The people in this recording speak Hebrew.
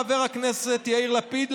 חבר הכנסת יאיר לפיד,